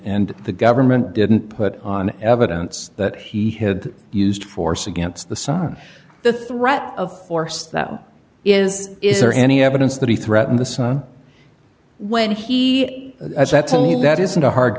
the government didn't put on evidence that he had used force against the son the threat of force that is is there any evidence that he threatened the son when he said to me that is a hard